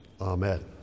Amen